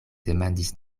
demandis